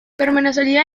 permanecería